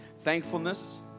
Thankfulness